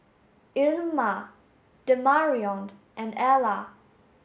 Ilma Demarion and Ella